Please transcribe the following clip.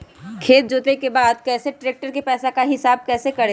खेत जोते के बाद कैसे ट्रैक्टर के पैसा का हिसाब कैसे करें?